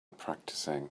practicing